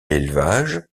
élevage